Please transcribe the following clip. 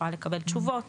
תוכל לקבל תשובות,